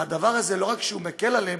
הדבר הזה לא רק מקל עליהם,